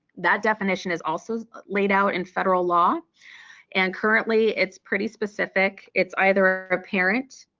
that definition is also laid out in federal law and currently it's pretty specific. it's either a parent,